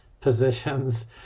positions